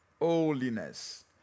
holiness